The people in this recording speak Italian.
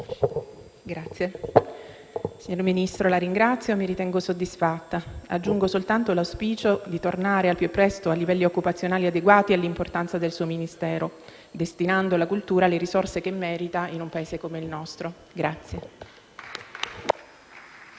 *(M5S)*. Signor Ministro, la ringrazio. Mi ritengo soddisfatta. Aggiungo soltanto l'auspicio di tornare al più presto a livelli occupazionali adeguati all'importanza del suo Ministero, destinando alla cultura le risorse che merita in un Paese come il nostro.